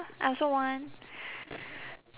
I also want